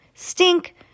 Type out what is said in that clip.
Stink